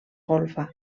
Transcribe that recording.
golfa